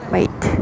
Wait